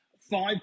five